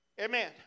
Amen